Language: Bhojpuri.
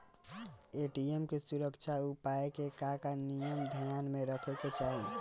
ए.टी.एम के सुरक्षा उपाय के का का नियम ध्यान में रखे के चाहीं?